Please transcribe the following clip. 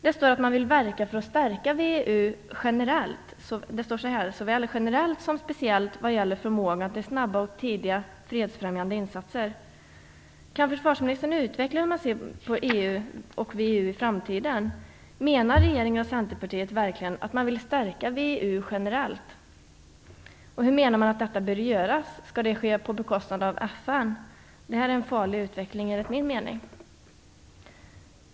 Det står att man vill verka för att stärka VEU såväl generellt som speciellt vad gäller förmågan till snabba och tidiga fredsfrämjande insatser. Kan försvarsministern utveckla hur man ser på EU och VEU i framtiden? Menar regeringen och Centerpartiet verkligen att man vill stärka VEU generellt? Hur menar man att detta bör göras? Skall det ske på bekostnad av FN? Detta är en farlig utveckling, enligt min mening.